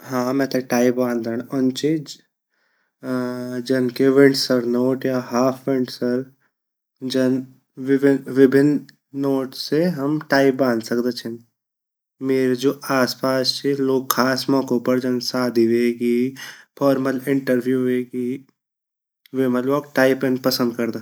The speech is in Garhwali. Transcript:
हाँ मेते टाई बानदंड औंदी ची जन की विंडसर नोट या हाफ-विंडसर जन विभिन नोट से हम टाई बंद सकदा छिन मेरा जो आसपास जु छिन लोग ख़ास मोकु पर जन शादी वेगि अर फॉर्मल इंटरव्यू वेगि वेमा लवोग लिए पहन पसंद करदा।